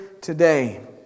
today